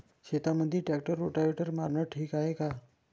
शेतामंदी tractor rotavator मारनं ठीक हाये का?